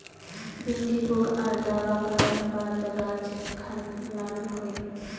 भिन्डी पुक आर दावा करार बात गाज खान लाल होए?